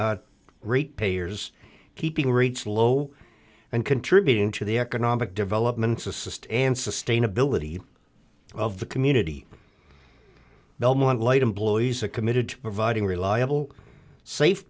rate payers keeping rates low and contributing to the economic developments assist and sustainability of the community belmont light employees are committed to providing reliable safe